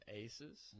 aces